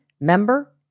member